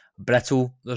Brittle